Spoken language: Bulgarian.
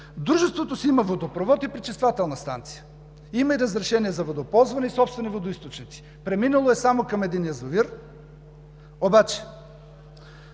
Дружеството си има водопровод и пречиствателна станция. Има и разрешение за водоползване и собствени водоизточници. Преминало е само към един язовир, обаче